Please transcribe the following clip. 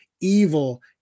evil